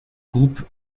groupe